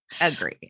Agree